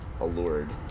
allured